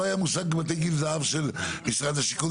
היה מושג בתי גיל זהב של משרד השיכון,